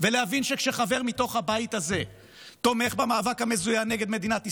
ולהבין שכשחבר מתוך הבית הזה תומך במאבק המזוין נגד מדינת ישראל,